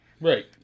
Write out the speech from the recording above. Right